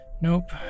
nope